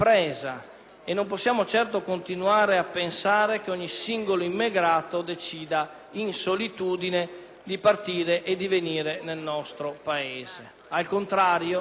e non possiamo certo continuare a pensare che ogni singolo immigrato decida in solitudine di partire e di venire nel nostro Paese. Al contrario,